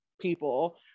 people